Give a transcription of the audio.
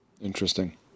Interesting